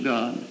God